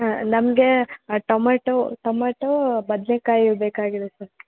ಹಾಂ ನಮಗೆ tomato tomato ಬದ್ನೇಕಾಯಿ ಬೇಕಾಗಿದೆ ಸರ್